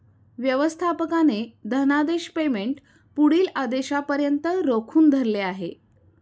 व्यवस्थापकाने धनादेश पेमेंट पुढील आदेशापर्यंत रोखून धरले आहे